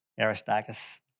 Aristarchus